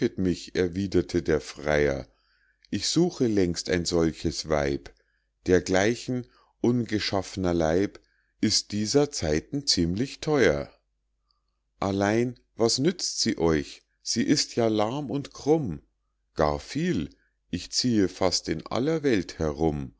erwiederte der freier ich suche längst ein solches weib dergleichen ungeschaff'ner leib ist dieser zeiten ziemlich theuer allein was nützt sie euch sie ist ja lahm und krumm gar viel ich ziehe fast in aller welt herum